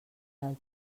del